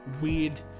weird